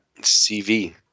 CV